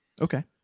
Okay